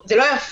זה לא יפה.